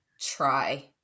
try